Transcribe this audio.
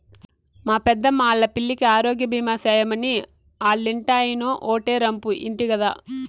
మా పెద్దమ్మా ఆల్లా పిల్లికి ఆరోగ్యబీమా సేయమని ఆల్లింటాయినో ఓటే రంపు ఇంటి గదా